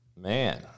Man